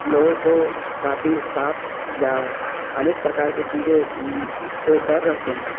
लोगों को काफ़ी सांप या अनेक प्रकार के कीड़े से डर रहते है